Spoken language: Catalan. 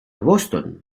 boston